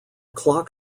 clock